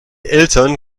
eltern